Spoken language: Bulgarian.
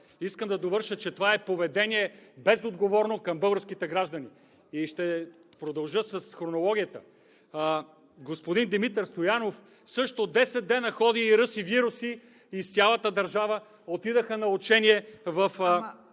Искам да довърша, че това е безотговорно поведение към българските граждани. И ще продължа с хронологията. Господин Димитър Стоянов също десет дена ходи и ръси вируси из цялата държава. Отидоха на учение в…